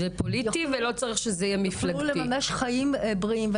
יוכלו לממש חיים בריאים.